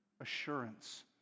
assurance